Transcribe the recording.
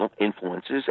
influences